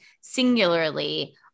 singularly